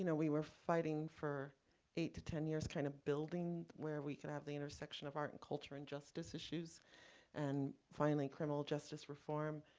you know we were fighting for eight to ten years, kind of building where we could have the intersection of art and culture and justice issues and finally criminal justice reform,